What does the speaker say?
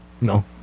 No